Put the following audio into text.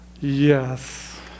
yes